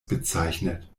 bezeichnet